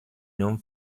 non